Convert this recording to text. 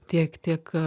tiek tiek